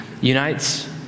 unites